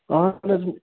اہن حظ وۄنۍ